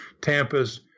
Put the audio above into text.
Tampa's